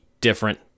different